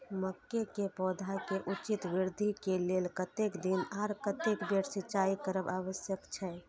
मके के पौधा के उचित वृद्धि के लेल कतेक दिन आर कतेक बेर सिंचाई करब आवश्यक छे?